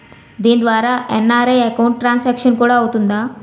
దీని ద్వారా NRI account transaction కూడా అవుతుందా?